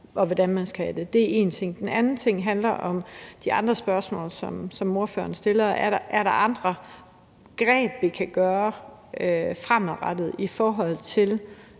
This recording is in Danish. og hvordan de skal have det. Det er én ting. Den anden ting handler om de andre spørgsmål, som ordføreren stiller: Er der andre greb, vi kan gøre brug af fremadrettet, i forhold til